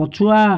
ପଛୁଆ